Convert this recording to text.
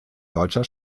deutscher